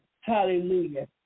Hallelujah